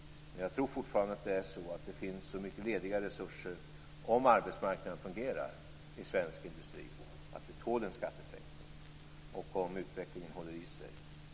Jag tror fortfarande att det finns så mycket lediga resurser, om arbetsmarknaden fungerar i svensk industri, att vi tål en skattesänkning, och om utvecklingen håller i sig redan nästa år.